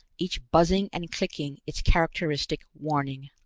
each buzzing and clicking its characteristic warning.